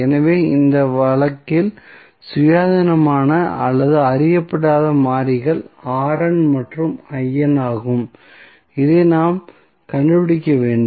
எனவே இந்த வழக்கில் சுயாதீனமான அல்லது அறியப்படாத மாறிகள் மற்றும் ஆகும் இதை நாம் கண்டுபிடிக்க வேண்டும்